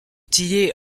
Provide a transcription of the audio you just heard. tillet